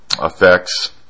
effects